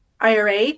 IRA